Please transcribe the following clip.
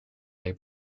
they